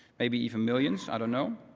maybe even millions. i don't know.